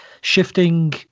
shifting